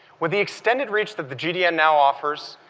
with the extended reach that the gdn now offers,